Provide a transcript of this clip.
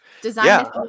design